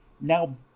Now